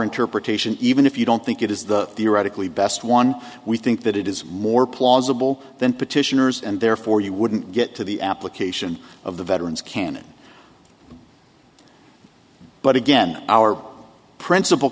interpretation even if you don't think it is the theoretically best one we think that it is more plausible than petitioners and therefore you wouldn't get to the application of the veterans can but again our principal